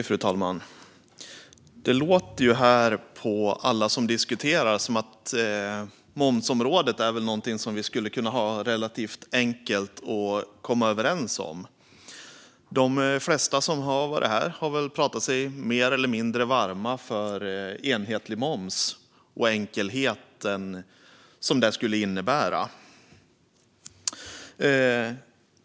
Fru talman! Det låter på alla som talar här som att momsen är något vi skulle ha relativt lätt att komma överens om. De flesta här har talat sig mer eller mindre varma för enhetlig moms och den enkelhet det skulle innebära.